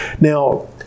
Now